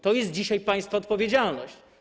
To jest dzisiaj państwa odpowiedzialność.